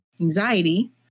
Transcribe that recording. anxiety